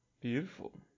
Beautiful